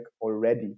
already